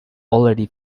already